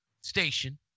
Station